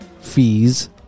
fees